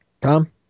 Tom